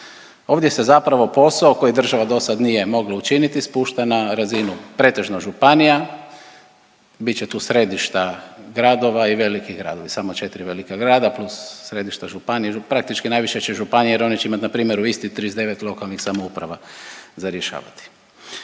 Ovdje se zapravo posao koji država do sada nije mogla učiniti spušta na razinu, pretežno županija. Bit će tu središta gradova i veliki gradovi. Samo 4 velika grada plus središta županija. Praktički najviše će županije jer one će imat npr. u Istri 39 lokalnih samouprava za rješavati.